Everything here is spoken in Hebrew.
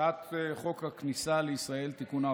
הצעת חוק הכניסה לישראל (תיקון,